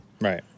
right